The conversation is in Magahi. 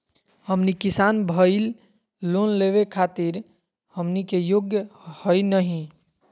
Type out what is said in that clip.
हमनी किसान भईल, लोन लेवे खातीर हमनी के योग्य हई नहीं?